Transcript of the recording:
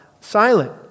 silent